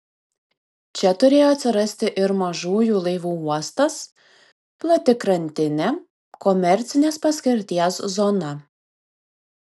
čia turėjo atsirasti ir mažųjų laivų uostas plati krantinė komercinės paskirties zona